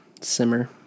simmer